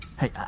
Hey